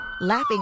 laughing